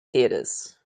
theaters